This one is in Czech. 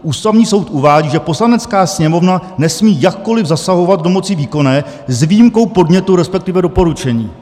Ústavní soud uvádí, že Poslanecká sněmovna nesmí jakkoli zasahovat do moci výkonné, s výjimkou podnětu resp. doporučení.